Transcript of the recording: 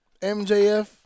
MJF